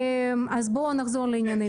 אז בוא נחזור לענייננו.